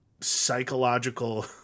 psychological